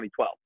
2012